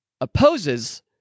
opposes